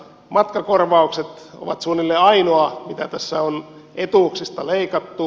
matkakorvaukset ovat suunnilleen ainoa mitä tässä on etuuksista leikattu